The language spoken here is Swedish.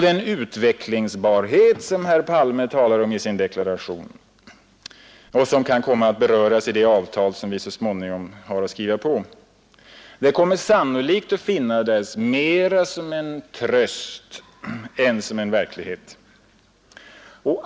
Den utvecklingsbarhet, som herr Palme talar om i sin deklaration och som kan komma att beröras i det avtal vi så småningom kan komma att skriva på kommer sannolikt att finnas där mera som tröst än som verklighet.